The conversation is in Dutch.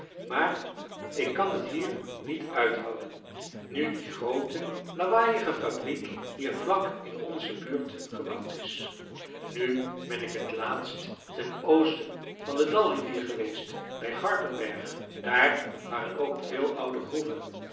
maar ik kan t hier niet uithouden nu die groote lawaaiige fabriek hier vlak in onze buurt gebouwd is nu ben ik t laatst ten oosten van de dalrivier geweest bij garpenberg daar waren ook veel oude groeven